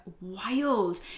wild